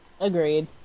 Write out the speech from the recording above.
Agreed